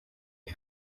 iyi